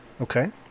Okay